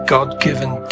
God-given